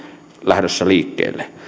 lähdössä liikkeelle